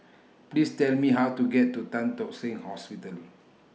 Please Tell Me How to get to Tan Tock Seng Hospital